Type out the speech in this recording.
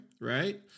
right